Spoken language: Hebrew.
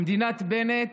במדינת בנט